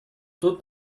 тот